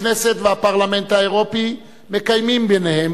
הכנסת והפרלמנט האירופי מקיימים ביניהם